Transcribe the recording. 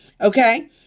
Okay